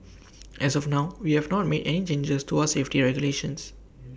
as of now we have not made any changes to our safety regulations